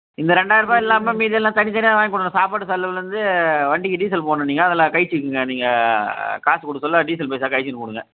இந்த ரெண்டாயிரம் ரூபாய் இல்லாமல் மீதி எல்லாம் தனித்தனியாக வாங்கிக்கொடுக்கணும் சாப்பாடு செலவுலேருந்து வண்டிக்கு டீசல் போடணும் நீங்கள் அதில் கழிச்சிக்குங்க நீங்கள் காசு கொடுக்க சொல்ல டீசல் பைசா கழிச்சின்னு கொடுங்க